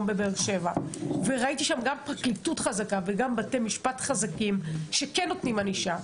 בבאר שבע וראיתי שם פרקליטות חזקה ובתי משפט חזקים שכן נותנים ענישה.